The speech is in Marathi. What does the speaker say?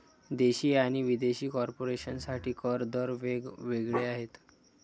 देशी आणि विदेशी कॉर्पोरेशन साठी कर दर वेग वेगळे आहेत